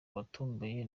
watomboye